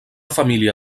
família